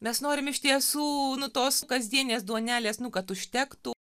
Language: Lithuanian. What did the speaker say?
mes norim iš tiesų nu tos kasdieninės duonelės nu kad užtektų